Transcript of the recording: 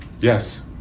Yes